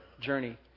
journey